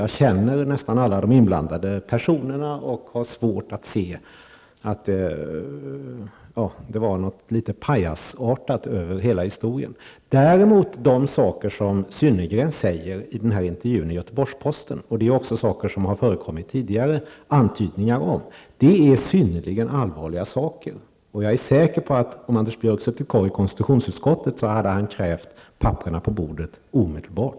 Jag känner nästan alla de inblandade personerna, och jag tycker att hela historien har något pajasartat över sig. Däremot tycker jag att det Synnergren säger i intervjun i Göteborgs-Posten -- vilket är saker som tidigare antytts -- är synnerligen allvarligt. Jag är säker på om Anders Björck hade suttit kvar i konstitutionsutskottet hade han krävt papperen på bordet omedelbart.